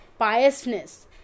piousness